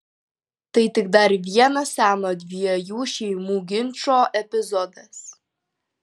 tai tik dar vienas seno dviejų šeimų ginčo epizodas